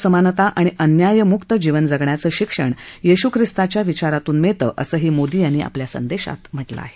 असमानता आणि अन्याय मुक्त जीवन जगण्याचं शिक्षण येशू ख्रिस्ताच्या विचारातून मिळतं असंही मोदी यांनी आपल्या संदेशात म्हटलं आहे